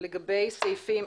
לגבי סעיפים